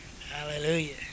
hallelujah